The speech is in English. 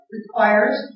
Requires